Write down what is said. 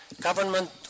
government